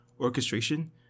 orchestration